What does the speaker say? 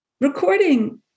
recording